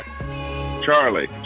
Charlie